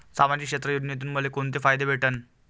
सामाजिक क्षेत्र योजनेतून मले कोंते फायदे भेटन?